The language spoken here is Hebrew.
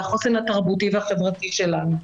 מהחוסן התרבותי והחברתי שלנו.